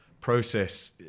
process